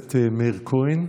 הכנסת מאיר כהן.